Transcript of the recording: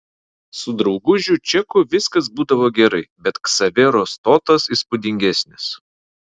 su draugužiu čeku viskas būdavo gerai bet ksavero stotas įspūdingesnis